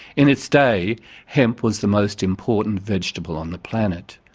in its day hemp was the most important vegetable on the planet.